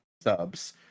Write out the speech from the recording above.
subs